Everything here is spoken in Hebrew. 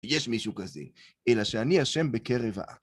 יש מישהו כזה, אלא שאני אשם בקרב העם.